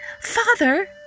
Father